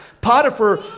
Potiphar